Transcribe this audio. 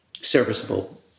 serviceable